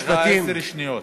יש לך עשר שניות.